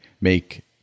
make